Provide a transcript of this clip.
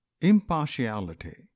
Impartiality